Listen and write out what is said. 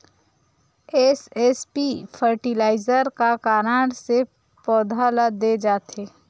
SSP fertiliser का कारण से पौधा ल दे जाथे?